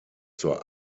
zur